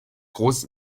großes